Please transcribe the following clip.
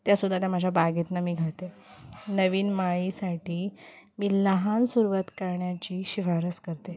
त्यासुद्धा त्या माझ्या बागेतून मी काढते नवीन माळीसाठी मी लहान सुरवात करण्याची शिफारस करते